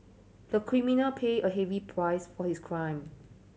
the criminal paid a heavy price for his crime